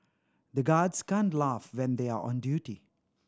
the guards can't laugh when they are on duty